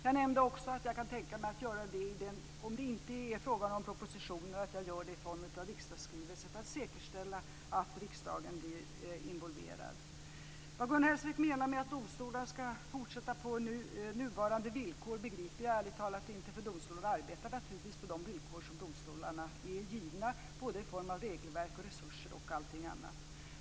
Jag nämnde också att jag kan tänka mig att göra det, om det inte är fråga om propositioner, i form av regeringsskrivelse för att säkerställa att riksdagen blir involverad. Vad Gun Hellsvik menar med att domstolarna ska fortsätta på nuvarande villkor begriper jag ärligt talat inte, för domstolarna arbetar naturligtvis på de villkor som de är givna i form av regelverk, resurser och annat.